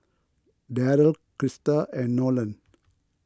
Darryl Krista and Nolan